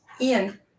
Ian